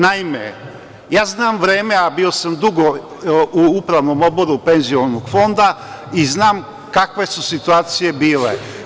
Naime, ja znam vreme, a bio sam dugo u upravnom oboru penzionog fonda i znam kakve su situacije bile.